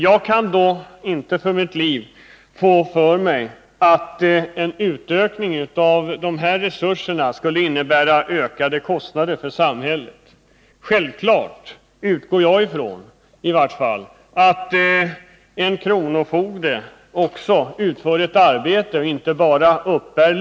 Jag kan inte för mitt liv förstå att en utökning av de här resurserna skulle innebära ökade kostnader för samhället. Jag utgår från att en kronofogde inte bara uppbär lön utan också utför ett arbete.